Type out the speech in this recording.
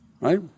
right